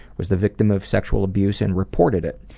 was the victim of sexual abuse and reported it.